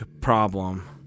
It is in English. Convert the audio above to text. problem